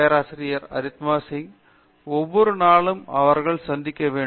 பேராசிரியர் அரிந்தமா சிங் ஒவ்வொரு நாளும் அவர்கள் சந்திக்க வேண்டும்